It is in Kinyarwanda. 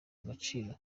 agaciro